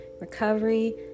recovery